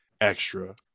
extra